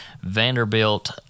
Vanderbilt